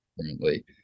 currently